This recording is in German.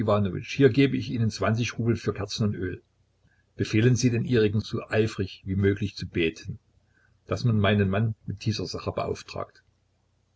hier gebe ich ihnen zwanzig rubel für kerzen und öl befehlen sie den ihrigen so eifrig wie möglich zu beten daß man meinen mann mit dieser sache beauftragt